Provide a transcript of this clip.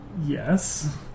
Yes